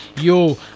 yo